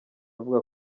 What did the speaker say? avuga